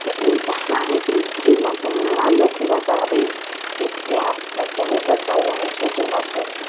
तऽ हँ लेकिन कही ने कही हमार मैथिली भाषा अभी पर्याप्त प्रतिनिधित्व करि रहल छै जेनाकि